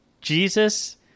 Jesus